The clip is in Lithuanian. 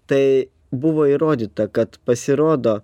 tai buvo įrodyta kad pasirodo